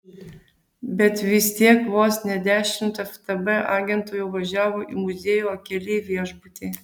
bet vis tiek vos ne dešimt ftb agentų jau važiavo į muziejų o keli į viešbutį